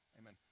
Amen